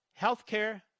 healthcare